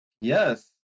yes